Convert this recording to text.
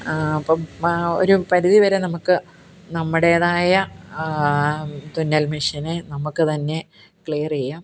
അപ്പം ഒരു പരിധി വരെ നമുക്ക് നമ്മുടേതായ തുന്നല് മെഷീനിൽ നമുക്ക് തന്നെ ക്ലിയർ ചെയ്യാം